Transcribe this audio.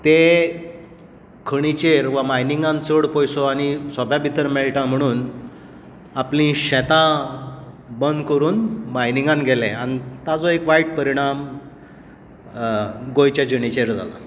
ते खणींचेर वा मायनिंगांत चड पयसो आनी सोप्या भितर मेळटा म्हणून आपलीं शेतां बंद करून मायनिगांत गेले आनी ताजो एक वायट परिणाम गोंयच्या जिणेचेर जालां